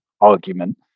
argument